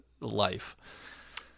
life